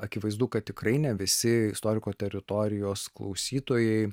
akivaizdu kad tikrai ne visi istoriko teritorijos klausytojai